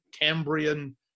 Cambrian